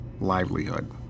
livelihood